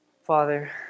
Father